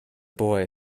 boy